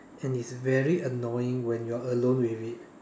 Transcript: and it's very annoying when you're alone with it